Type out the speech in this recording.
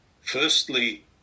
Firstly